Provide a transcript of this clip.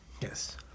Yes